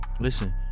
Listen